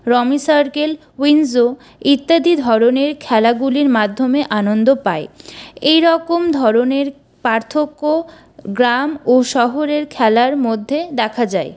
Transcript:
রমি Circle WinZO ইত্যাদি ধরণের খেলাগুলির মাধ্যমে আনন্দ পায় এইরকম ধরণের পার্থক্য গ্রাম ও শহরের খেলার মধ্যে দেখা যায়